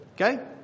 Okay